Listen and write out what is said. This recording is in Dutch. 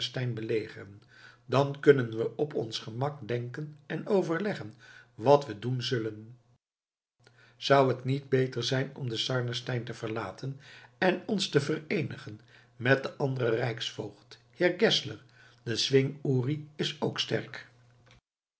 sarnenstein belegeren dan kunnen we op ons gemak denken en overleggen wat we doen zullen zou het niet beter zijn om den sarnenstein te verlaten en ons te vereenigen met den anderen rijksvoogd heer geszler de zwing uri is ook sterk